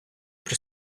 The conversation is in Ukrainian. при